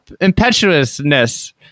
Impetuousness